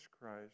Christ